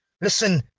Listen